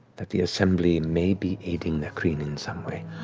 that the assembly may be aiding the kryn in some way.